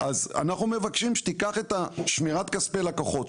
אז אנחנו מבקשים שתיקח את שמירת כספי לקוחות,